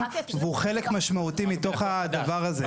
והוא חלק משמעותי מתוך הדבר הזה.